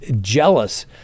jealous